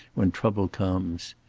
when trouble comes.